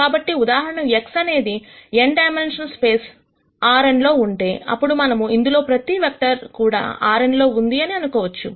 కాబట్టి ఉదాహరణకు X అనేది n డైమన్షనల్ స్పేస్ Rn లో ఉంటే అప్పుడు మనము ఇందులో ప్రతి వెక్టర్ కూడా Rn లో ఉంది అని అనుకోవచ్చు